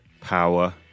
Power